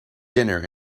dinner